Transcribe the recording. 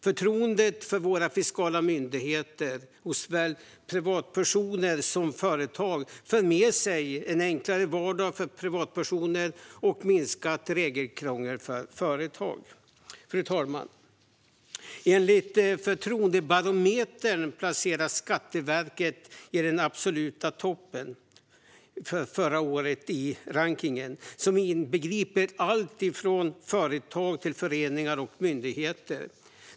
Förtroendet för våra fiskala myndigheter hos såväl privatpersoner som företag för med sig en enklare vardag för privatpersoner och minskat regelkrångel för företag. Fru talman! Enligt Förtroendebarometern placerade sig Skatteverket förra året i den absoluta toppen på rankningen som inbegriper alltifrån företag till föreningar och myndigheter.